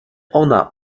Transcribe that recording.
ona